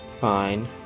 fine